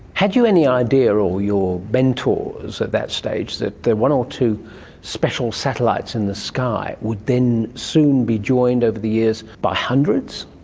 had you any idea, or your mentors at that stage, that the one or two special satellites in the sky would then soon be joined over the years by hundreds?